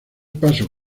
paso